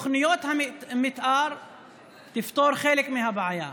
תוכניות המתאר תפתור חלק מהבעיה.